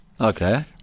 Okay